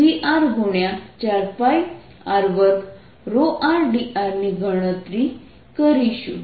4πr2rdr ની ગણતરી કરીશું